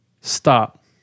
stop